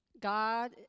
God